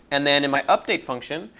and then in my update function,